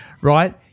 right